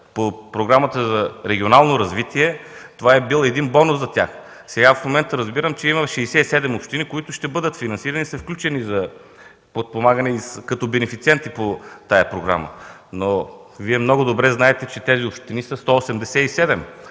на Програмата за регионално развитие, това е бил един бонус за тях. В момента разбирам, че има 67 общини, които ще бъдат финансирани и са включени за подпомагане като бенефициенти по тази програма. Но Вие много добре знаете, че 187 са така